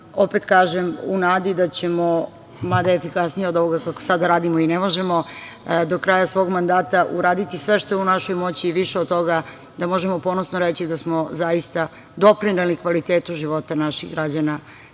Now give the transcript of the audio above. opet kažem, u nadi da ćemo, mada efikasnije od ovoga kako sada radimo i ne možemo, do kraja svog mandata uraditi sve što je u našoj moći, i više od toga, da možemo ponosno reći da smo zaista doprineli kvalitetu života naših građana